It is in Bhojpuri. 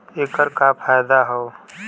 ऐकर का फायदा हव?